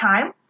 time